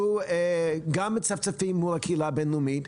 גם מצפצפים מול הקהילה הבין-לאומית,